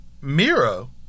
Miro